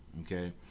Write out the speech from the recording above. Okay